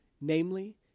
Namely